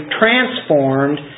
transformed